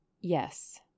Yes